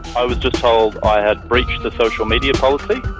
i was just told i had breached the social media policy.